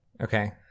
Okay